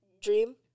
Dream